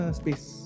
space